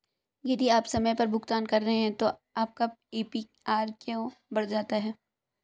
यदि आप समय पर भुगतान कर रहे हैं तो आपका ए.पी.आर क्यों बढ़ जाता है?